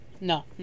No